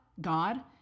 God